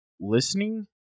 listening